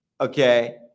okay